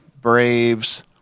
Braves